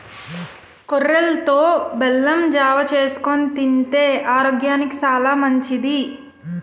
కొర్రలతో బెల్లం జావ చేసుకొని తింతే ఆరోగ్యానికి సాలా మంచిది